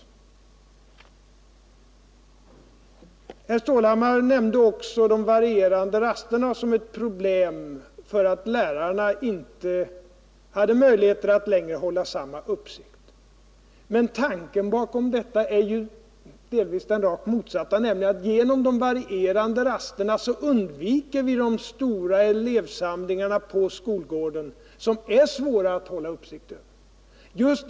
Herr Stålhammar nämnde också de varierande rasterna som ett problem därför att lärarna inte hade möjligheter att längre hålla samma Nr 43 uppsikt. Men tanken bakom detta är ju delvis den rakt motsatta, Fredagen den nämligen att vi genom de varierande rasterna undviker de stora 17 mars 1972 elevsamlingarna på skolgården, som är svåra att hålla uppsikt över.